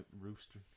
rooster